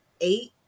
eight